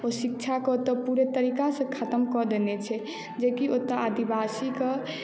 शिक्षाके ओतय पूरे तरीकासँ खतम कऽ देने छै जेकि ओतय आदिवासीके